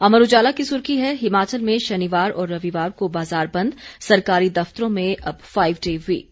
अमर उजाला की सुर्खी है हिमाचल में शनिवार और रविवार को बाजार बंद सरकारी दफ़तरों में अब फाईव डे वीक